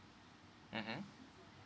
mmhmm